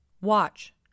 Watch